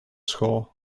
school